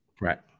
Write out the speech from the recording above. Right